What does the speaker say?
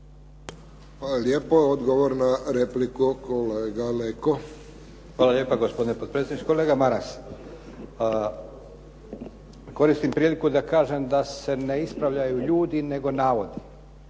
Hvala lijepo. Odgovor na repliku kolega Leko. **Leko, Josip (SDP)** Hvala lijepa, gospodine potpredsjedniče. Kolega Maras, koristim priliku da kažem da se ne ispravljaju ljudi nego navodi.